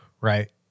Right